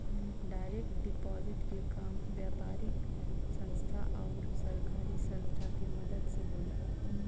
direct deposit के काम व्यापारिक संस्था आउर सरकारी संस्था के मदद से होला